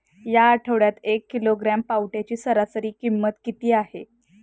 या आठवड्यात एक किलोग्रॅम पावट्याची सरासरी किंमत किती आहे?